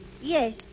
Yes